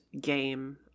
game